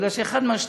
כי אחת מהשתיים: